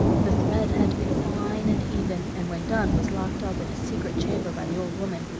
the thread had to be fine and even, and when done was locked up in a secret chamber by the old woman,